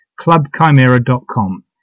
clubchimera.com